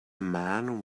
man